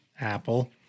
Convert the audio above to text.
Apple